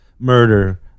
murder